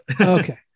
Okay